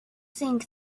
think